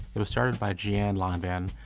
it was started by jeanne lanvin,